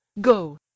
go